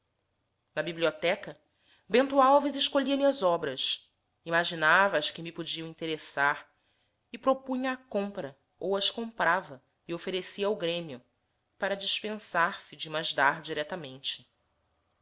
na biblioteca bento alves escolhia me as obras imaginava as que me podiam interessar e propunha a compra ou as comprava e oferecia ao grêmio para dispensar se de mas dar diretamente